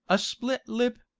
a split lip,